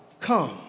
Come